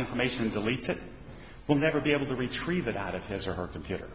information deletes it will never be able to retrieve it out of his or her computer